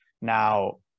Now